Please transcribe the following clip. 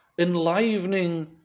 enlivening